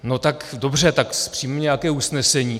No tak dobře, tak přijmeme nějaké usnesení.